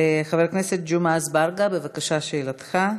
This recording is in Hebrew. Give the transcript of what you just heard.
חבר הכנסת ג'מעה אזברגה, בבקשה, שאלתך.